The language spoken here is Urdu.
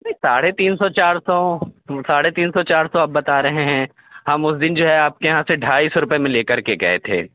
ساڑھے تین سو چار سو ساڑھے تین سو چار سو آپ بتا رہے ہیں ہم اس دن جو ہے آپ کے یہاں سے ڈھائی سو روپے میں لے کر کے گئے تھے